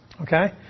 Okay